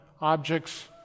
objects